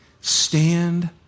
Stand